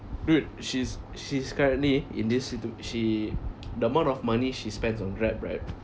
dude she's she's currently in this situ~ she the amount of money she spends on Grab right